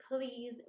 please